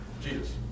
Jesus